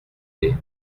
lait